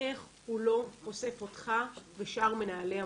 איך הוא לא חושף אותך ושאר מנהלי המוזיאונים.